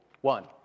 One